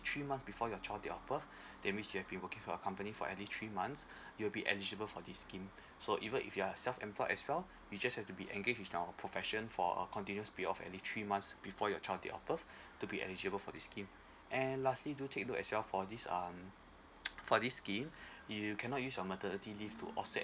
three months before your child date of birth that means you have been working for a company for at least three months you'll be eligible for this scheme so even if you are self employed as well you just have to be engage with our profession for a continuous at least three months before your child date of birth to be eligible for the scheme and lastly do take note as well for this um for this scheme you cannot use your maternity leave to offset